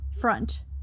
front